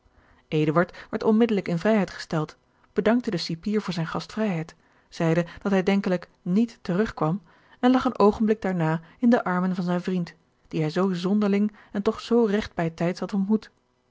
werd onmiddellijk in vrijheid gesteld bedankte den cipier voor zijne gastvrijheid zeide dat hij denkelijk niet terug kwam en lag een oogenblik daarna in de armen van zijn vriend dien hij zoo zonderling en toch zoo regt bij tijds had ontmoet